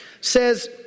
says